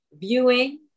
viewing